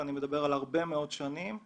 ואני מדבר על הרבה מאוד שנים,